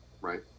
right